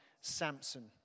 Samson